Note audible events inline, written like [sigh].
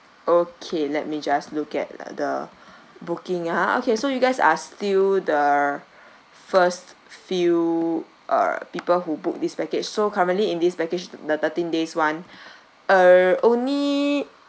okay let me just look at the [breath] booking uh okay so you guys are still the first few uh people who book this package so currently in this package the thirteen days one [breath] uh only